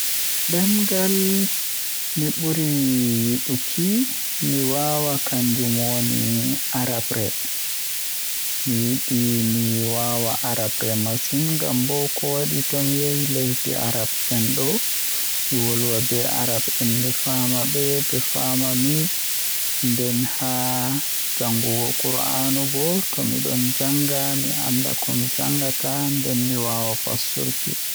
Demngal mi burdaa yiduki mi waawa kanjum woni arabre, mi yidi mi waawa arabre masin ngam bo kowadi tomi yahi lesde arab en do mi wolwa be arabre mi faama be be faama mi nden haa jangugo qur'anu bo tomi don janga mi anda ko mi jangata nden mi waawan fassurki.